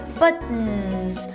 buttons